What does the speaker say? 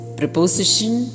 preposition